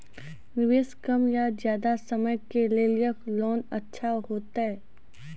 निवेश कम या ज्यादा समय के लेली कोंन अच्छा होइतै?